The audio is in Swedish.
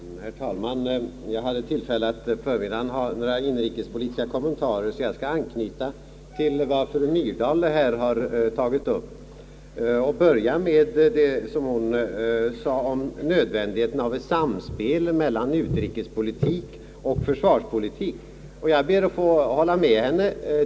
Herr talman! Jag hade tillfälle att på förmiddagen få göra några inrikespolitiska kommentarer, och jag skall därför anknyta till vad fru Myrdal här har tagit upp. Jag börjar med det som hon sade om nödvändigheten av ett samspel mellan utrikespolitik och försvarspolitik, och jag ber där att få hålla med henne.